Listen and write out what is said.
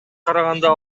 караганда